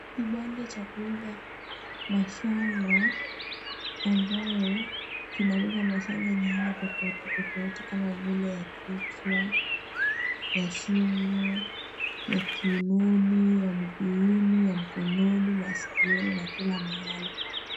Kibanda cha kuuza mashanga ambayo inauza mashanga tofauti tofauti kama vile Ile ya kichwa, ya shingo, ya kiunoni, ya mguuni, mkononi, masikioni na kila mahali.